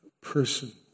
person